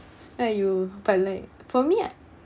not you but like for me I